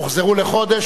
הוחזרו לחודש,